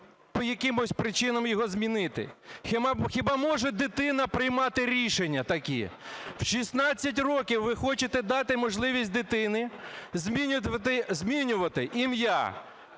по якимось причинам його змінити? Хіба може дитина приймати рішення такі? В 16 років ви хочете дати можливість дитині змінювати ім'я,